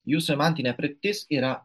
jų semantinė kryptis yra